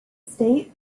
state